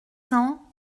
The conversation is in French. cents